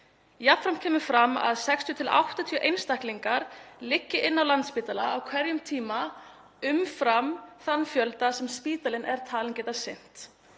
Jafnframt kemur fram að 60–80 einstaklingar liggi inni á Landspítala á hverjum tíma umfram þann fjölda sem spítalinn er talinn geta sinnt.